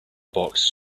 box